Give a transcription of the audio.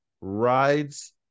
rides